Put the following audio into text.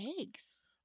eggs